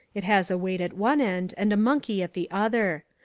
it has a weight at one end and a monkey at the other.